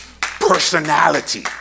personality